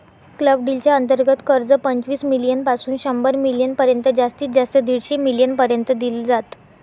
club deal च्या अंतर्गत कर्ज, पंचवीस मिलीयन पासून शंभर मिलीयन पर्यंत जास्तीत जास्त दीडशे मिलीयन पर्यंत दिल जात